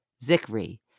Zikri